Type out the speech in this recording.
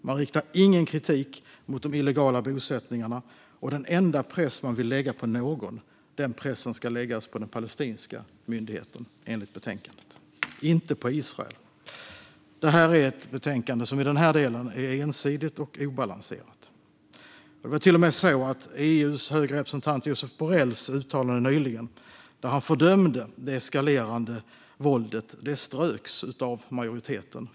Man riktar ingen kritik mot de illegala bosättningarna, och den enda press man vill lägga på någon ska enligt betänkandet läggas på den palestinska myndigheten, inte på Israel. I denna del är detta ett ensidigt och obalanserat betänkande. Det var till och med så att EU:s höga representant Josep Borrells uttalande nyligen, där han fördömde det eskalerande våldet, ströks från betänkandet av majoriteten.